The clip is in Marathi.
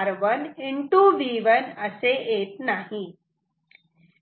R2R1 V1 असे येत नाही